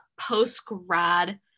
post-grad